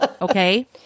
Okay